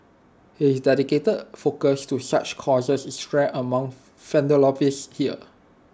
his dedicated focus to such causes is rare among philanthropists here